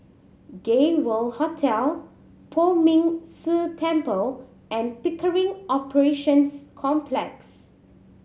Gay World Hotel Poh Ming Tse Temple and Pickering Operations Complex